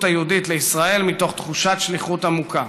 היהודית לישראל מתוך תחושת שליחות עמוקה.